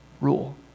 rule